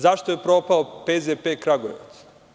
Zašto je propao PZP Kragujevac?